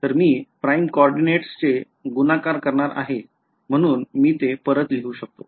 तर मी prime कोऑर्डिनेट्सने गुणाकार करणार आहे म्हणून मी हे परत लिहू शकतो